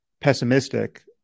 pessimistic